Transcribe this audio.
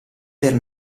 per